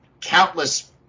countless